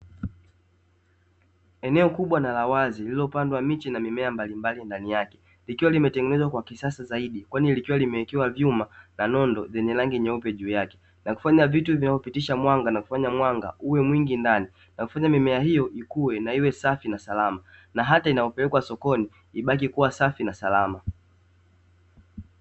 Eneo kubwa na la wazi lililopandwa miche na mimea mbalimbali ndani yake, likiwa limetengenezwa kwa kisasa Zaidi, kwani likiwa limewekewa vyuma na nondo zenye rangi nyeupe juu yake, na kufanya vitu vinavyopitisha mwanga na kufanya mwanga uwe mwingi ndani; na kufanya mimea hiyo ikue na iwe safi na salama, na hata inayopelekwa sokoni ibaki kuwa safi na salama.